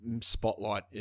spotlight